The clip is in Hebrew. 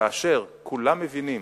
כאשר כולם מבינים